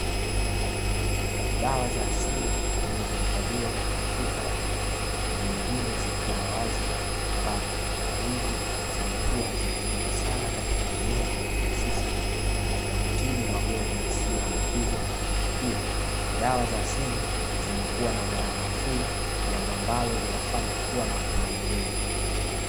Dawa za asili zilizohifadhiwa katika chupa na nyingine zikiwa wazi, ambapo, dawa hizi zimekuwa zikitumika sana katika jamii hususani katika kutibu magonjwa yasiyoambukizwa. Pia, dawa za asili zimekuwa na gharama nafuu jambo ambalo linafanya kuwa na watumiaji wengi.